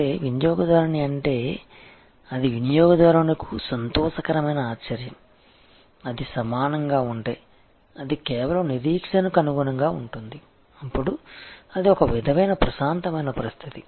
అంటే వినియోగదారుని అంటే అది వినియోగదారునికు సంతోషకరమైన ఆశ్చర్యం అది సమానంగా ఉంటే అది కేవలం నిరీక్షణకు అనుగుణంగా ఉంటుంది అప్పుడు అది ఒక విధమైన ప్రశాంతమైన పరిస్థితి